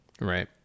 Right